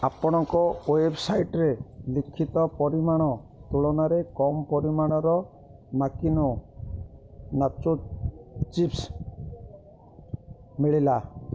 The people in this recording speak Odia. ଆପଣଙ୍କ ୱେବ୍ସାଇଟ୍ରେ ଲିଖିତ ପରିମାଣ ତୁଳନାରେ କମ୍ ପରିମାଣର ମାକିନୋ ନାଚୋ ଚିପ୍ସ୍ ମିଳିଲା